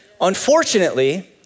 Unfortunately